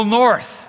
north